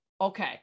okay